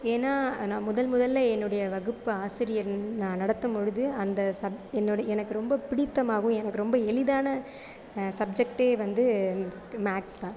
ஏன்னால் நான் முதல் முதலில் என்னுடைய வகுப்பு ஆசிரியர் நடத்தும்பொழுது அந்த சப் என்னோடய எனக்கு ரொம்ப பிடித்தமாகவும் எனக்கு ரொம்ப எளிதான சப்ஜெக்ட்டே வந்து மேத்ஸ் தான்